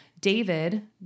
David